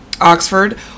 Oxford